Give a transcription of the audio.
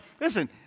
listen